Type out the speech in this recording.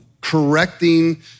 correcting